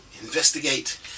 investigate